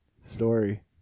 story